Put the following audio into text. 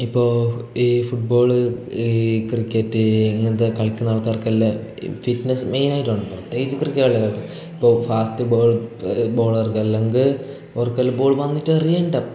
ഇപ്പോൾ ഈ ഫുട്ബോള് ഈ ക്രിക്കറ്റ് ഇങ്ങനത്തെ കളിക്കുന്ന ആൾക്കാർക്കെല്ലാം ഫിറ്റ്നസ് മെയിനായിട്ടുണ്ട് പ്രത്യേകിച്ച് ക്രിക്കറ്റ് കളിക്കകത്ത് ഇപ്പോൾ ഫാസ്റ്റ് ബോള് ബോളർക്ക് അല്ലെങ്കിൽ ഓർക്കെല്ലം ബോള് വന്നിട്ട് എറിയേണ്ട